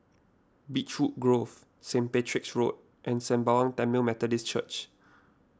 Beechwood Grove Saint Patrick's Road and Sembawang Tamil Methodist Church